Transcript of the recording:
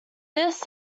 this